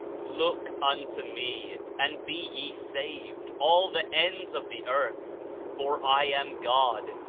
look unto me, and be ye saved, all the ends of the earth for i a n god,